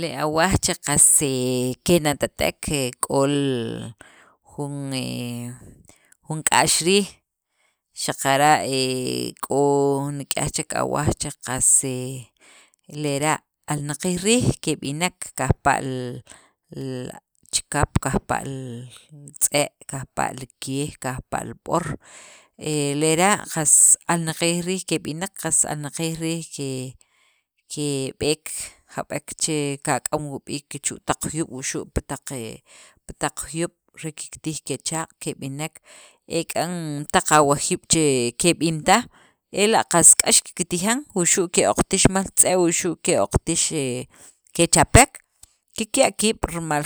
le awaj che qas kinatatek k'o jun k'a'x riij xaqara' e k'o nik'yaj chek awaj che qas e alnaqiil riij keb'inek kajpa' li chikap, kajpa' li tz'e', kajpa' li kej, kajpa' li b'or e lera' qas alnaqiil riij keb'inek qas alnaqiil riij keb'eek jab'ek che'el kak'am wii' b'iik chu taq juyob', pi taq juyob' re kiktij kechaq' keb'in taj ela' qas k'ax kiktijan wuxu' ke'oqtix rimal tz'e' wuxu' ke'oqtaxek kechapek kikya' kiib' rimal